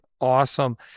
Awesome